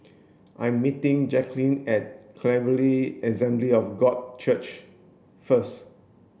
I'm meeting Jacklyn at Calvary Assembly of God Church first